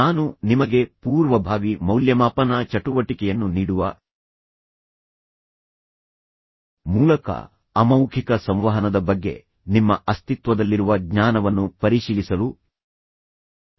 ನಾನು ನಿಮಗೆ ಪೂರ್ವಭಾವಿ ಮೌಲ್ಯಮಾಪನ ಚಟುವಟಿಕೆಯನ್ನು ನೀಡುವ ಮೂಲಕ ಅಮೌಖಿಕ ಸಂವಹನದ ಬಗ್ಗೆ ನಿಮ್ಮ ಅಸ್ತಿತ್ವದಲ್ಲಿರುವ ಜ್ಞಾನವನ್ನು ಪರಿಶೀಲಿಸಲು ಪ್ರಾರಂಭಿಸಿದೆ